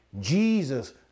Jesus